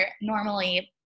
normally